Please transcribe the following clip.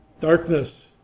Darkness